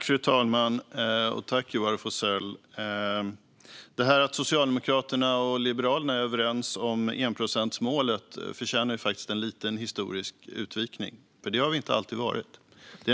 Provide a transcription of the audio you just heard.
Fru talman! Det här att Socialdemokraterna och Liberalerna är överens om enprocentsmålet förtjänar en liten historisk utvikning, för det har vi inte alltid varit.